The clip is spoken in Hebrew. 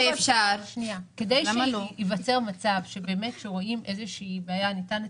כדי שייווצר מצב שרואים איזושהי בעיה וניתן לתקן,